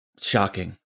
Shocking